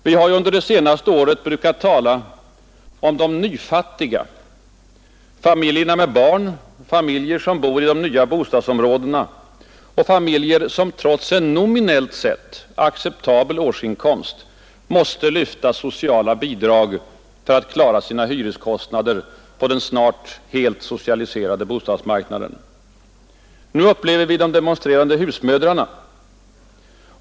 Vi har under det senaste året brukat tala om de ”nyfattiga”: familjerna med barn, familjer boende i de nya bostadsområdena, familjer som trots en nominellt acceptabel årsinkomst måste lyfta sociala bidrag för att klara sina hyreskostnader på den snart helt socialiserade bostadsmarknaden. Nu upplever vi de demonstrerande husmödrarna.